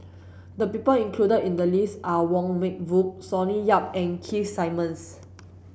the people included in the list are Wong Meng Voon Sonny Yap and Keith Simmons